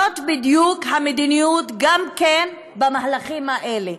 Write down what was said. זאת בדיוק המדיניות גם במהלכים האלה.